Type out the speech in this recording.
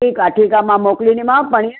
ठीक आहे ठीक आहे मां मोकिलींदीमांव परींहं